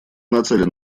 нацелен